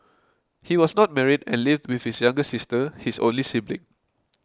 he was not married and lived with his younger sister his only sibling